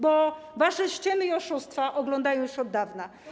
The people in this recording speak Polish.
Bo wasze ściemy i oszustwa oglądają już od dawna.